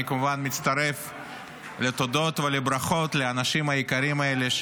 אני כמובן מצטרף לתודות ולברכות לאנשים היקרים האלה,